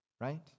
right